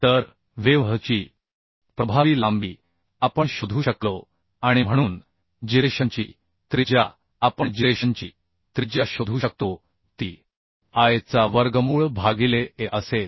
तर वेव्ह ची प्रभावी लांबी आपण शोधू शकलो आणि म्हणून जिरेशनची त्रिज्या आपण जिरेशनची त्रिज्या शोधू शकतो ती I चा वर्गमूळ भागिले a असेल